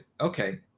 Okay